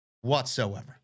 whatsoever